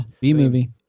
B-movie